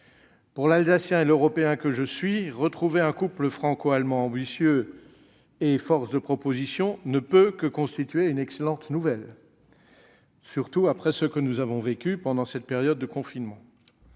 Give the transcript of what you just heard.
Pour l'Alsacien et l'Européen que je suis, retrouver un couple franco-allemand ambitieux et force de proposition ne peut que constituer une excellente nouvelle, surtout après ce que nous avons vécu pendant le confinement